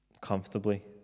comfortably